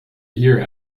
year